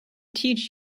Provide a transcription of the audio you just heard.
teach